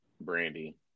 Brandy